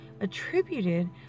attributed